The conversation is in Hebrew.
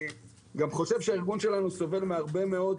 אני גם חושב שהארגון שלנו סובל מהרבה מאוד,